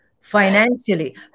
financially